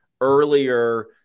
earlier